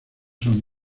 son